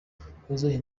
bahagaze